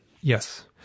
Yes